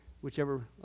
whichever